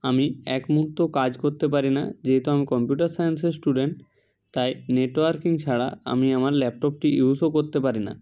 আমি এক মুহুর্ত কাজ করতে পারি না যেহেতু আমি কম্পিউটার সাইন্সের স্টুডেন্ট তাই নেটওয়ার্কিং ছাড়া আমি আমার ল্যাপটপটি ইউসও করতে পারি না